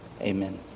Amen